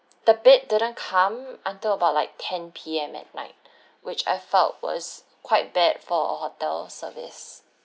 the bed didn't come until about like ten P_M at night which I felt was quite bad for hotel service